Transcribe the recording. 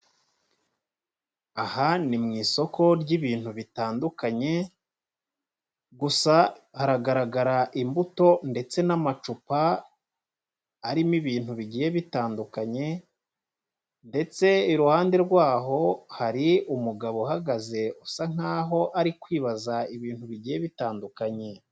Aha ni mu isoko ry'ibintu bitandukanye, gusa haragaragara imbuto ndetse n'amacupa arimo ibintu bigiye bitandukanye ndetse iruhande rwaho hari umugabo uhagaze usa nk'aho ari kwibaza ibintu bigiye bitandukanye.